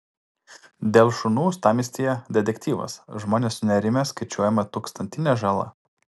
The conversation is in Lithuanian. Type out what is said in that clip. dėl šunų uostamiestyje detektyvas žmonės sunerimę skaičiuojama tūkstantinė žala